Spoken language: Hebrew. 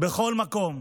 בכל מקום,